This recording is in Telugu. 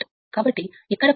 కాబట్టి ఇక్కడ కూడా ఇది 0